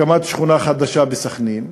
הקמת שכונה חדשה בסח'נין.